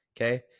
Okay